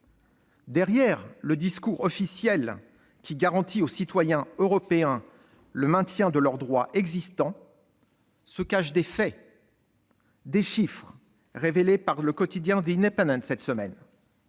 Derrière le discours officiel, qui garantit aux citoyens européens le maintien de leurs droits existants, se cachent des faits, des chiffres révélés cette semaine